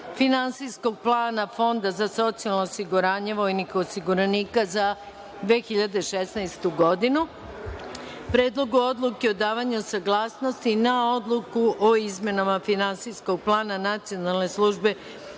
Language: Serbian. Finansijskog plana Fonda za socijalno osiguranje vojnih osiguranika za 2016. godinu, Predlogu odluke o davanju saglasnosti na Odluku o izmenama Finansijskog plana Nacionalne službe